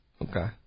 Okay